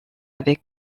avec